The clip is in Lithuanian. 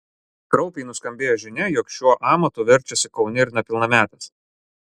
kraupiai nuskambėjo žinia jog šiuo amatu verčiasi kaune ir nepilnametės